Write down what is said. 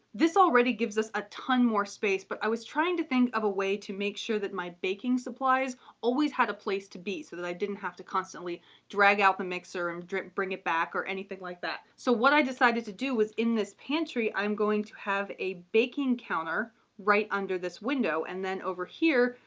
this already gives us a ton more space, but i was trying to think of a way to make sure that my baking supplies always had a place to be, so that i didn't have to constantly drag out the mixer and bring it back or anything like that. so what i decided to do was in this pantry, i'm going to have a baking counter right under this window and then over here,